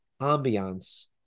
ambiance